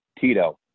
Tito